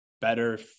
better